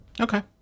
Okay